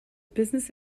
business